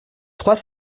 trois